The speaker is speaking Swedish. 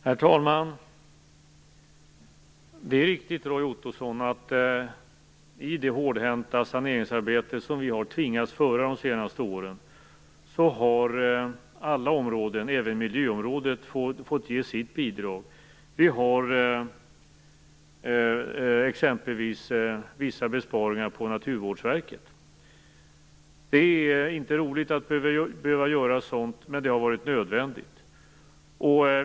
Herr talman! Det är riktigt, Roy Ottosson, att alla områden, även miljöområdet, i det hårdhänta saneringsarbete som vi har tvingats utföra de senaste åren har fått ge sitt bidrag. Vi har exempelvis lagt vissa besparingar på Naturvårdsverket. Det är inte roligt att behöva göra sådant, men det har varit nödvändigt.